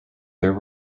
there